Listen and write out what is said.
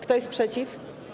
Kto jest przeciw?